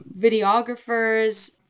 videographers